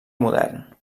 modern